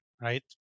right